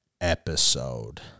episode